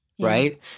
right